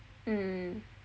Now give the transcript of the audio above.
mm